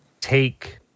take